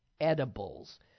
edibles